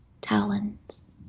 talons